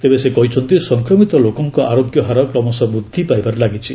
ତେବେ ସେ କହିଛନ୍ତି ସଂକ୍ରମିତ ଲୋକଙ୍କ ଆରୋଗ୍ୟ ହାର କ୍ରମଶଃ ବୃଦ୍ଧି ପାଇବାରେ ଲାଗିଛି